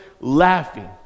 laughing